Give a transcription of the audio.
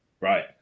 Right